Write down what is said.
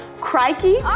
crikey